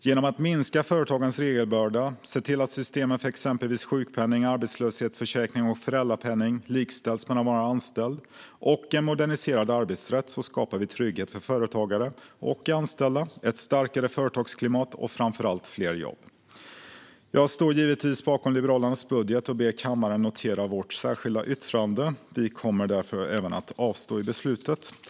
Genom att minska företagens regelbörda, se till att systemen för exempelvis sjukpenning, arbetslöshetsförsäkring och föräldrapenning likställs med att vara anställd och en moderniserad arbetsrätt skapar vi trygghet för företagare och anställda, ett starkare företagsklimat och framför allt fler jobb. Jag står givetvis bakom Liberalernas budget och ber kammaren notera vårt särskilda yttrande. Vi kommer därför även att avstå i beslutet.